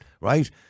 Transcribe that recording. right